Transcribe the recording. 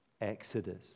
Exodus